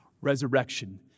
resurrection